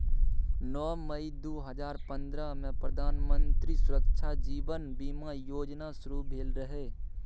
नौ मई दु हजार पंद्रहमे प्रधानमंत्री सुरक्षा जीबन बीमा योजना शुरू भेल रहय